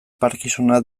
parkinsona